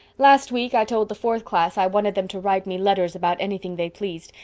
last week i told the fourth class i wanted them to write me letters about anything they pleased,